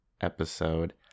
episode